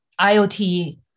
IoT